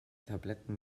tabletten